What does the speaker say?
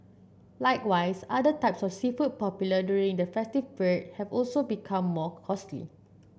likewise other types of seafood popular during the festive period have also become more costly